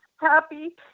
happy